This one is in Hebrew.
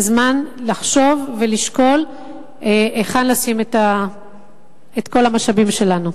זה הזמן לחשוב ולשקול היכן לשים את כל המשאבים שלנו.